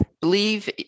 believe